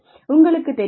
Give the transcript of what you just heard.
உங்களுக்குத் தெரியுமா